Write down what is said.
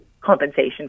compensation